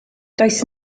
does